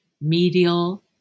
medial